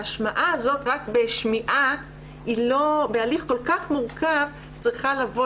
ההשמעה הזו בהליך כל כך מורכב צריכה לבוא